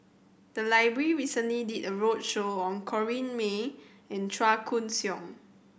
the library recently did a roadshow on Corrinne May and Chua Koon Siong